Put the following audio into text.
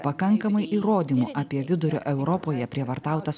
pakankamai įrodymų apie vidurio europoje prievartautas